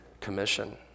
commission